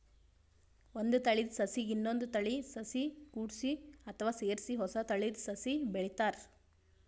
ಒಂದ್ ತಳೀದ ಸಸಿಗ್ ಇನ್ನೊಂದ್ ತಳೀದ ಸಸಿ ಕೂಡ್ಸಿ ಅಥವಾ ಸೇರಿಸಿ ಹೊಸ ತಳೀದ ಸಸಿ ಬೆಳಿತಾರ್